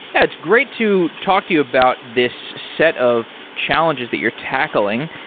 yeah it's great to talk to you about this set of challenges that you're tackling.